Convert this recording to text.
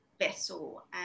vessel